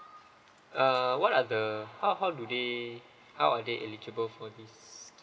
uh what are the how how do they how are they eligible for this